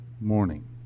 morning